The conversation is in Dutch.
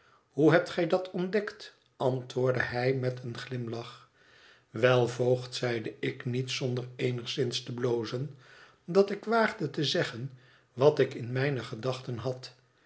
hoe hebt gij dat ontdekt antwoordde hij met een glimlach wel voogd zeide ik niet zonder eenigszins te blozen dat ik waagde te zeggen wat ik in mijne gedachten had